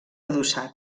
adossat